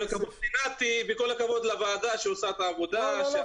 כל הכבוד לנת"י וכל הכבוד לוועדה שעושה את העבודה --- לא,